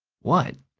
what?